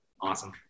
Awesome